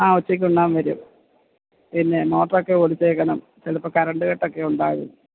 ആ ഉച്ചയ്ക്കുണ്ണാൻ വരും പിന്നെ മോട്ടറൊക്കെ ഓടിച്ചേക്കണം ചിലപ്പോള് കരണ്ട് കട്ടൊക്കെയുണ്ടാകും